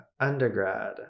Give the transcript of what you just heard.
undergrad